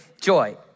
joy